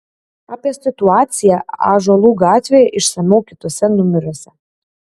apie situaciją ąžuolų gatvėje išsamiau kituose numeriuose